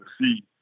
see